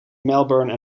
melbourne